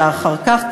אלא אחר כך,